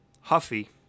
huffy